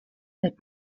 that